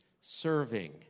serving